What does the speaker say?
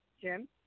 Jim